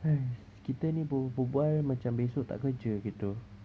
!hais! kita ni berbual berbual macam besok tak kerja gitu